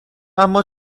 اما